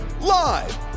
live